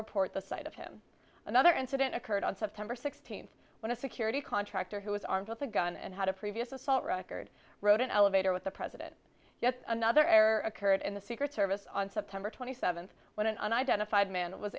report the sight of him another incident occurred on september sixteenth when a security contractor who was armed with a gun and had a previous assault record wrote an elevator with the president yet another error occurred in the secret service on september twenty seventh when an unidentified man was